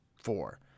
four